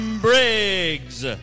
Briggs